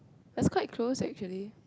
just quite close actually